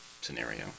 scenario